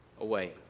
away